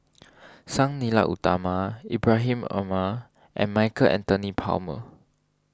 Sang Nila Utama Ibrahim Omar and Michael Anthony Palmer